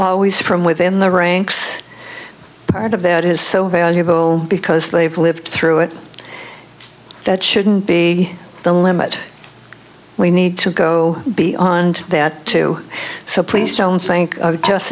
always from within the ranks part of that is so valuable because they've lived through it that shouldn't be the limit we need to go beyond that too so please don't think of just